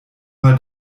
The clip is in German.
mal